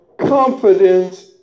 confidence